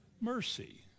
Mercy